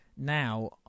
now